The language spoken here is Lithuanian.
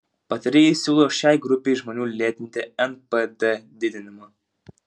patarėjai siūlo šiai grupei žmonių lėtinti npd didinimą